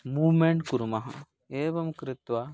moment कुर्मः एवं कृत्वा